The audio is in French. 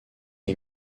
est